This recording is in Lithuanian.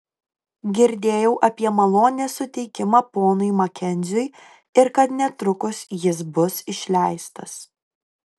girdėjau apie malonės suteikimą ponui makenziui ir kad netrukus jis bus išleistas